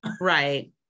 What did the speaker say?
right